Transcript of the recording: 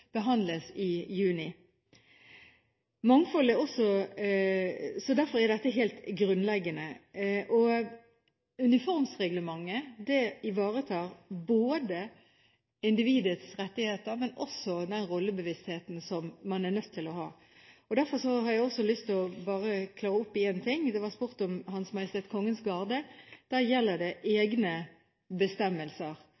behandles i juni. Derfor er dette helt grunnleggende. Uniformsreglementet ivaretar individets rettigheter, men også den rollebevisstheten som man er nødt til å ha. Derfor har jeg lyst til å klare opp i én ting: Det ble spurt om Hans Majestets Kongens Garde. Der gjelder det